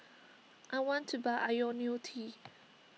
I want to buy Ionil T